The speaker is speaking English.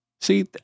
See